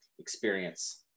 experience